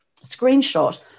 screenshot